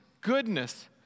goodness